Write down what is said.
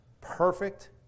perfect